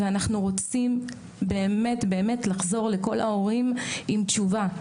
ואנחנו רוצים באמת באמת לחזור לכל ההורים עם תשובה,